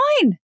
fine